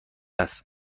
است